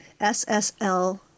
SSL